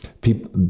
people